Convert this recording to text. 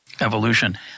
evolution